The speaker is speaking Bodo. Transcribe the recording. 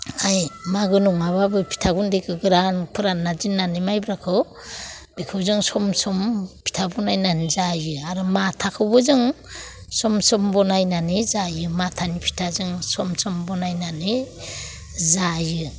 ओइ मागो नङाबाबो फिथा गुन्दैखौ गोरान फोरानना दोननानै माइब्राखौ बेखौ जों सम सम फिथा बानायनानै जायो आरो माथाखौबो जोङो सम सम बानायनानै जायो माथानि फिथा जों सम सम बानायनानै जायो